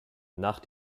nach